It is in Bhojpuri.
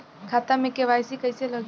खाता में के.वाइ.सी कइसे लगी?